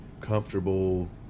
comfortable